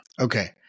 Okay